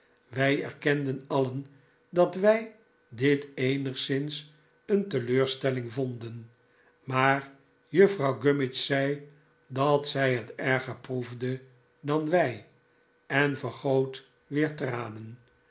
wij erkenden alien dat wij dit eenigszins een teleurstelling vonden maar juffrouw gummidge zei dat zij het erger proefde dan wij en vergoot weer tranen